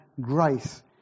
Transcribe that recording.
grace